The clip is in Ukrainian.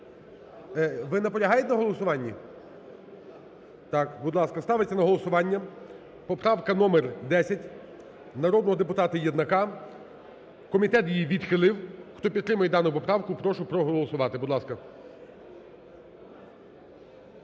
Ви наполягаєте на голосуванні? Так, будь ласка, ставиться на голосування поправка номер 10 народного депутата Єднака. Комітет її відхилив. Хто підтримує дану поправку, прошу проголосувати. Будь ласка.